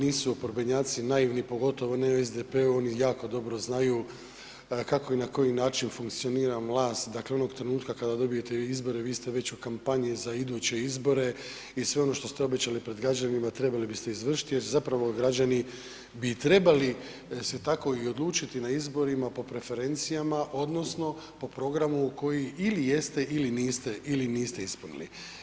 Nisu oporbenjaci naivni, pogotovo ne u SDP-u, oni jako dobro znaju kako i na koji način funkcionira vlast, dakle onog trenutka kad dobijete izbore, vi ste već u kampanji za iduće izbore i sve ono što ste obećali pred građanima, trebali biste izvršiti jer su zapravo građani, bi trebali se tako i odlučiti na izborima, po preferencijama, odnosno po programu koji jeste ili niste ispunili.